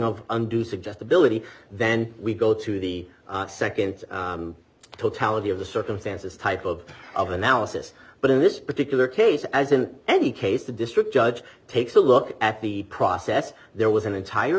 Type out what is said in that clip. of undue suggestibility then we go to the nd totality of the circumstances type of of analysis but in this particular case as in any case the district judge takes a look at the process there was an entire